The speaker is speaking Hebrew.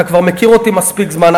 אתה כבר מכיר אותי מספיק זמן,